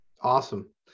Awesome